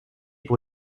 pour